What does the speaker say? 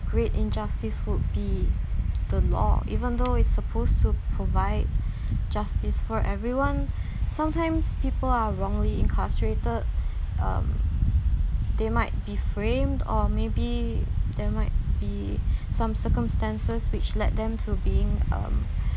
great injustice would be the law even though it's supposed to provide justice for everyone sometimes people are wrongly incarcerated um they might be framed or maybe there might be some circumstances which led them to being um